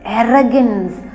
arrogance